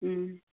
ᱦᱮᱸ